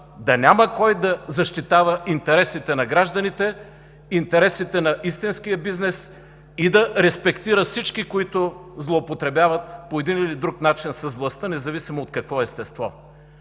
да няма кой да защитава интересите на гражданите, интересите на истинския бизнес и да респектира всички, които злоупотребяват по един или друг начин с властта, независимо от какво естество.